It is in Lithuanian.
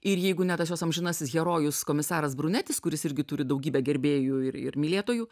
ir jeigu ne tas jos amžinasis herojus komisaras brunetis kuris irgi turi daugybę gerbėjų ir ir mylėtojų